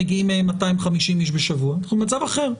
מגיעים 250 אנשים בשבוע אלא אנחנו במצב אחר.